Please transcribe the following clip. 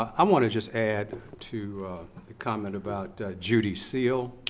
um um wanna just add to the comment about judy seal,